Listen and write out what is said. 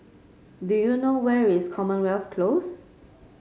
do you know where is Commonwealth Close